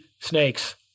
snakes